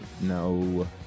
no